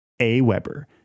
AWeber